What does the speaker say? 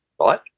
right